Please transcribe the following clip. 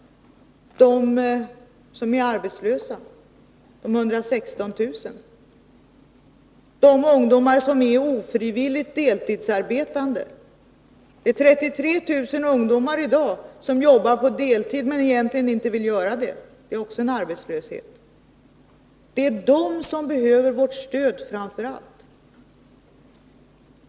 Det finns 116 000 arbetslösa och det finns ungdomar som är ofrivilligt deltidsarbetande. Det är i dag 33 000 ungdomar som arbetar på deltid, trots att de egentligen inte vill göra det — det är också en arbetslöshet. Det är framför allt dessa som behöver vårt stöd.